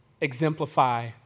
exemplify